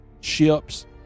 ships